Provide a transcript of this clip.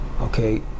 okay